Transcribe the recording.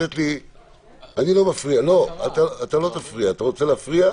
אם אתה רוצה להפריע,